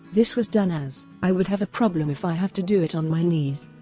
this was done as i would have a problem if i have to do it on my knees.